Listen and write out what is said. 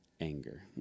anger